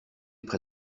près